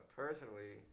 personally